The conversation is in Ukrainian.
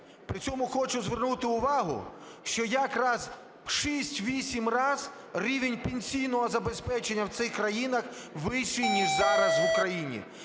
При цьому хочу звернути увагу, що якраз в 6-8 разів рівень пенсійного забезпечення в цих країнах вищий, ніж зараз в Україні.